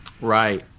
Right